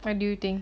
what do you think